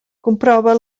comprova